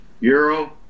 euro